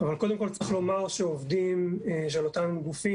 אבל קודם כל צריך לומר שעובדים של אותם גופים,